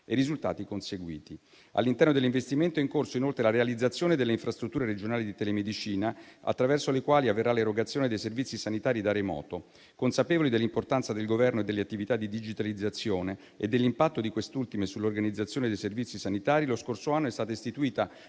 i risultati conseguiti. All'interno dell'investimento è in corso, inoltre, la realizzazione delle infrastrutture regionali di telemedicina, attraverso le quali avverrà l'erogazione dei servizi sanitari da remoto. Consapevoli dell'importanza del governo delle attività di digitalizzazione e dell'impatto di quest'ultime sull'organizzazione dei servizi sanitari, lo scorso anno è stata istituita